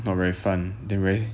not very fun then very